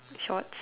short~